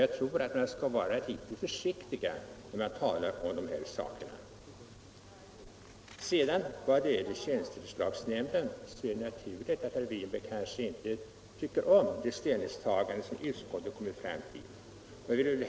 Man bör därför vara litet försiktig när man talar om dessa saker. Beträffande tjänsteförslagsnämnden är det naturligt att herr Winberg inte tycker om det ställningstagande som utskottet har kommit fram till.